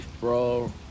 Bro